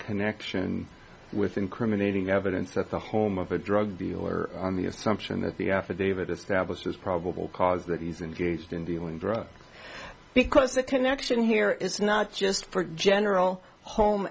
connection with incriminating evidence at the home of a drug dealer on the assumption that the affidavit establishes probable cause that he's engaged in dealing drugs because the connection here is not just for general home